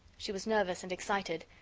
she was nervous and excited.